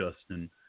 Justin